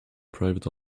private